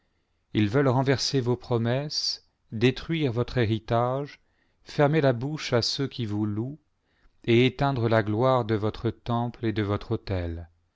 ils veulent renverser vos promesses détruire votre héritage fermer la bouche à ceux qui vous louent et éteindre la gloire de votre temple et de votre autel